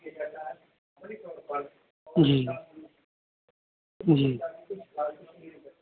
جی جی